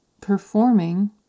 performing